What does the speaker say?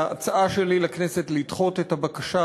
ההצעה שלי לכנסת היא לדחות את הבקשה,